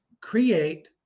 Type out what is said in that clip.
create